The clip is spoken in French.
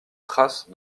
trace